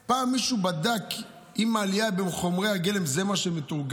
פעם מישהו בדק אם העלייה בחומרי הגלם זה מה שמתורגם,